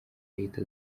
leta